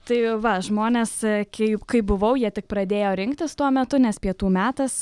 tai va žmonės kai kai buvau jie tik pradėjo rinktis tuo metu nes pietų metas